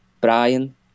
Brian